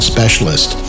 Specialist